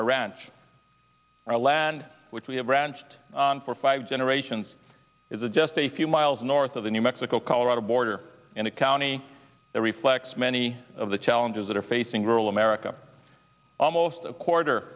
our ranch our land which we have branched on for five generations is a just a few miles north of the new mexico colorado border in a county that reflects many of the challenges that are facing rural america almost a quarter